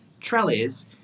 trellis